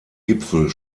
gipfel